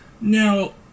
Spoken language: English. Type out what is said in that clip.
Now